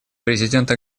президента